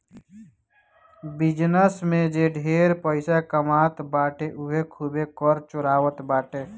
business में जे ढेर पइसा कमात बाटे उ खूबे कर चोरावत बाटे